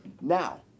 Now